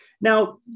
Now